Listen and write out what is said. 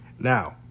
now